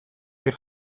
per